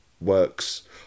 works